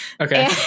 Okay